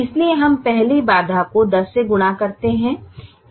इसलिए हम पहले बाधा को 10 से गुणा करते हैं